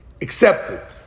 accepted